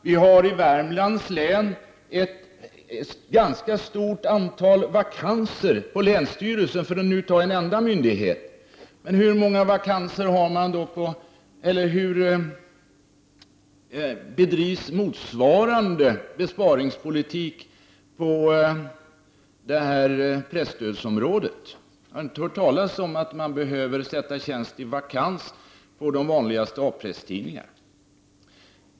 Vi har i Värmlands län ett ganska stort antal vakanser vid länsstyrelsen, för att nu ta en annan myndighet som exempel. Men hur bedrivs motsvarande besparingspolitik på presstödsområdet? Jag har inte hört talas om att man har behövt sätta tjänster i vakans på de vanligaste A-presstidningarna.